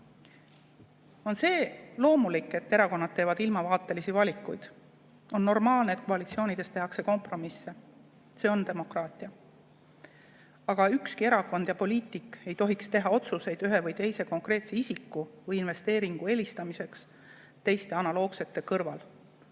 On loomulik, et erakonnad teevad ilmavaatelisi valikuid. On normaalne, et koalitsioonides tehakse kompromisse. See on demokraatia. Aga ükski erakond ega poliitik ei tohiks teha otsuseid ühe või teise konkreetse isiku või investeeringu eelistamiseks teiste analoogsete kõrval